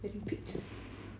wedding pictures